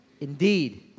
Indeed